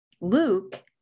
Luke